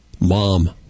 Mom